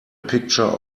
picture